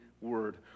word